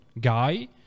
guy